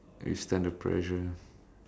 withstand the pressure